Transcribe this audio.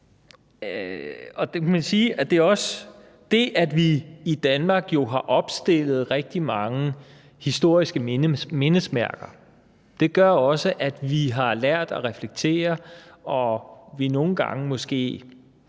det, at vi i Danmark jo har opstillet rigtig mange historiske mindesmærker, også gør, at vi har lært at reflektere, og at vi nogle gange måske